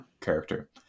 character